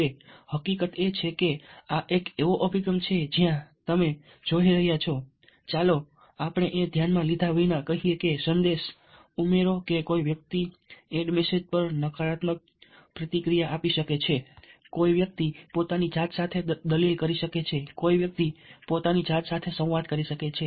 હવે હકીકત એ છે કે આ એક એવો અભિગમ છે જ્યાં તમે જોઈ રહ્યા છો ચાલો આપણે એ ધ્યાનમાં લીધા વિના કહીએ કે સંદેશ ઉમેરો કે કોઈ વ્યક્તિ એડ મેસેજ પર નકારાત્મક પ્રતિક્રિયા આપી શકે છે કોઈ વ્યક્તિ પોતાની જાત સાથે દલીલ કરી શકે છે કોઈ વ્યક્તિ પોતાની જાત સાથે સંવાદ કરી શકે છે